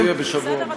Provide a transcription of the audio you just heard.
נודיע בשבוע הבא.